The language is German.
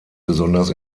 besonders